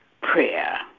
prayer